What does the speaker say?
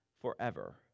forever